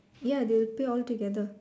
ya they will pay all together